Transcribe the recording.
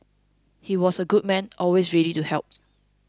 he was a good man always ready to help